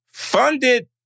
funded